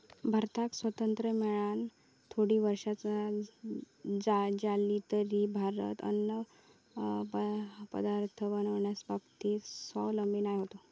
भारताक स्वातंत्र्य मेळान थोडी वर्षा जाली तरी भारत अन्नपदार्थ बनवच्या बाबतीत स्वावलंबी नाय होतो